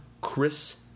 Chris